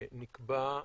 שנקבע,